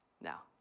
Now